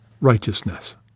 righteousness